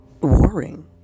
warring